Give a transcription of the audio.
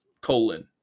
colon